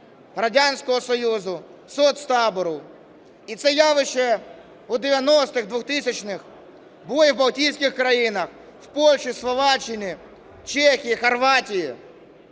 Радянського Союзу, соцтабору, і це явище в 90-х, в 2000-х було і в Балтійських країнах, в Польщі, Словаччині, Чехії, Хорватії.